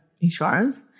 insurance